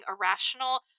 irrational